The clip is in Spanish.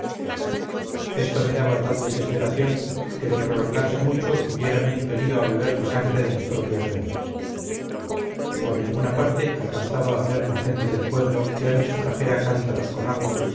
esto me daba tal desesperación que de prolongarse mucho hubiérame impelido a beber la sangre de mis propias venas por ninguna parte alcanzaba a ver la gente del pueblo que antes trajera cántaros con agua